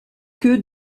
que